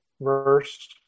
verse